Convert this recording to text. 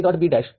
D E